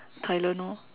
tilione orh